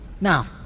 Now